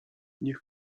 niech